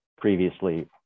previously